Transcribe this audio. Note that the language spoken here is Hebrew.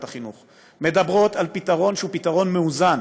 החינוך מדברות על פתרון שהוא פתרון מאוזן,